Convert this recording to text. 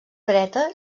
dreta